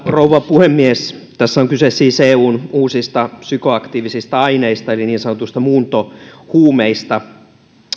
rouva puhemies tässä on kyse siis uusista psykoaktiivisista aineista eli niin sanotuista muuntohuumeista